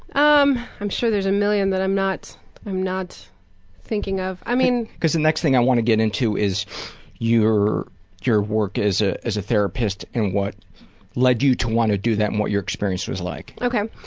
um i'm sure there's a million that i'm not i'm not thinking of, i mean, paul because the next thing i want to get into is your your work as ah as a therapist and what led you to want to do that and what your experience was like. okay.